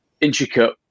intricate